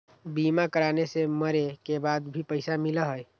बीमा कराने से मरे के बाद भी पईसा मिलहई?